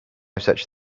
such